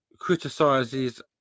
criticizes